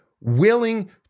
willing